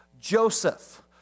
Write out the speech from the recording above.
Joseph